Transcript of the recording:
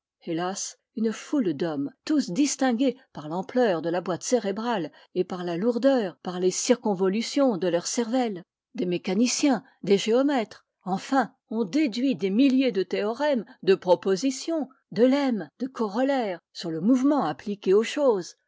hélas une foule d'hommes tous distingués par l'ampleur de la boîte cérébrale et par la lourdeur par les circonvolutions de leur cervelle des mécaniciens des géomètres enfin ont déduit des milliers de théorèmes de propositions de lemmes de corollaires sur le mouvement appliqué aux choses